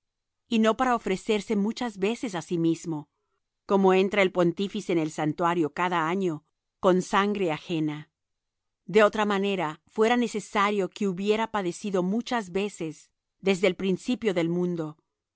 y no para ofrecerse muchas veces á sí mismo como entra el pontífice en el santuario cada año con sangre ajena de otra manera fuera necesario que hubiera padecido muchas veces desde el principio del mundo